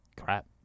crap